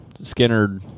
Skinner